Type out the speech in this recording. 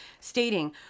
stating